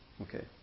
Okay